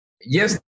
yes